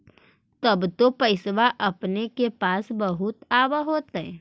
तब तो पैसबा अपने के पास बहुते आब होतय?